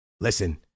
Listen